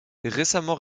récemment